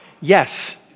Yes